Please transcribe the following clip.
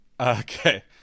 Okay